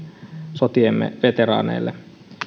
sotiemme veteraaneille